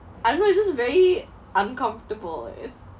I don't know it's just very uncomfortable I guess